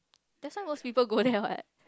that's one was people go there what